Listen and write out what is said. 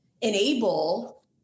enable